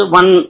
one